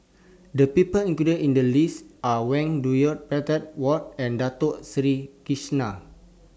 The People included in The list Are Wang Dayuan Whatt and Dato Sri Krishna